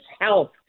health